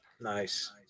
Nice